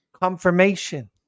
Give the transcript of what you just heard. Confirmation